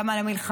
גם על המלחמה,